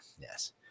yes